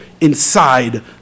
inside